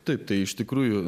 taip tai iš tikrųjų